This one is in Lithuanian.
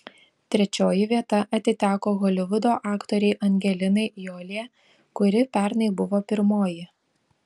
trečioji vieta atiteko holivudo aktorei angelinai jolie kuri pernai buvo pirmoji